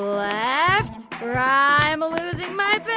left i'm ah losing my but